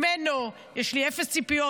ממנו יש לי אפס ציפיות,